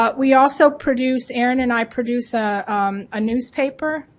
but we also produce, erin and i produce a ah newspaper,